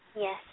Yes